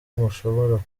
mushobora